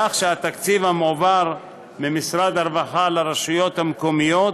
כך שהתקציב המועבר ממשרד הרווחה לרשויות המקומיות